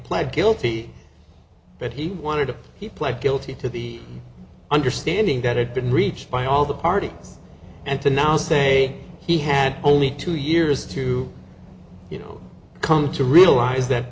pled guilty but he wanted to he pled guilty to the understanding that had been reached by all the parties and to now say he had only two years to you know come to realize that